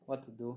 what to do